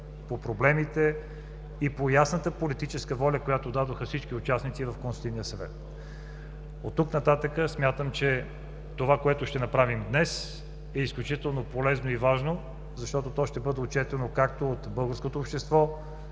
по проблемите и по ясната политическа воля, която дадоха всички участници в Консултативния съвет. От тук нататък смятам, че това, което ще направим днес, е изключително полезно и важно, защото то ще бъде отчетено както от българското общество,